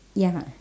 ya